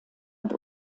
und